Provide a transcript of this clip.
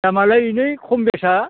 दामआलाय बेनो खम बेसआ